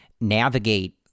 navigate